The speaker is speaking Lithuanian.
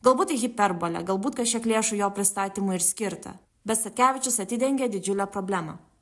galbūt tai hiperbolė galbūt kažkiek lėšų jo pristatymui ir skirta bet statkevičius atidengė didžiulę problemą